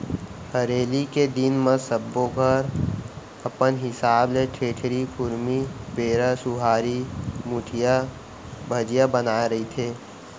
हरेली के दिन म सब्बो घर अपन हिसाब ले ठेठरी, खुरमी, बेरा, सुहारी, मुठिया, भजिया बनाए रहिथे